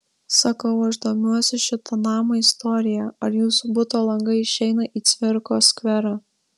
sakau aš domiuosi šito namo istorija ar jūsų buto langai išeina į cvirkos skverą